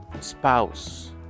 spouse